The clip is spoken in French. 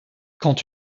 quand